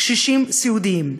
קשישים סיעודיים.